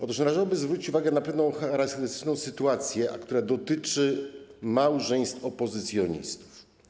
Otóż należałoby zwrócić uwagę na pewną charakterystyczną sytuację, która dotyczy małżeństw opozycjonistów.